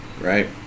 right